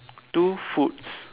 two foods